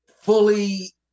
fully